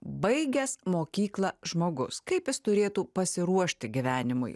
baigęs mokyklą žmogus kaip jis turėtų pasiruošti gyvenimui